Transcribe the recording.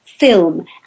Film